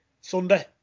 Sunday